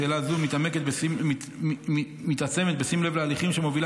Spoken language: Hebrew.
שאלה זו מתעצמת בשים לב להליכים שמובילה